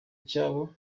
cyawo